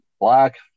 black